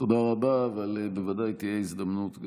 תודה רבה, אבל ודאי תהיה הזדמנות.